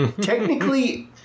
Technically